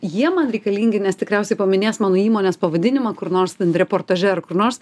jie man reikalingi nes tikriausiai paminės mano įmonės pavadinimą kur nors ten reportaže ar kur nors